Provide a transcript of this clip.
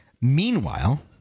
Meanwhile